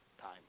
time